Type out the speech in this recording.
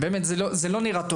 באמת, זה לא נראה טוב.